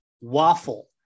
waffle